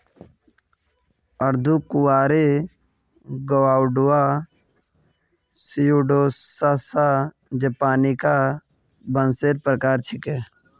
अर्धकुंवारी Guadua Pseudosasa japonica बांसेर प्रकार छिके